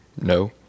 No